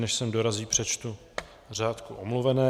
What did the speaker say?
Než sem dorazí, přečtu řádku omluvenek.